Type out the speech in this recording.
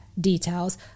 details